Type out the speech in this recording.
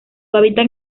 hábitat